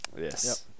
Yes